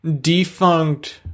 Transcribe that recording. defunct